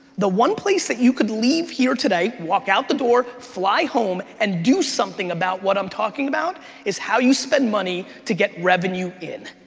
the one place that you could leave here today, walk out the door, fly home, and do something about what i'm talking about is how you spend money to get revenue in.